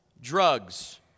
drugs